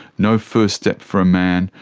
no first step for a man,